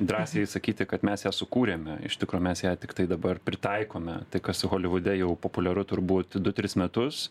drąsiai sakyti kad mes ją sukūrėme iš tikro mes ją tiktai dabar pritaikome tai kas holivude jau populiaru turbūt du tris metus